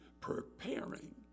preparing